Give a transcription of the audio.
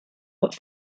but